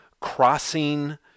crossing